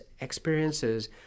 experiences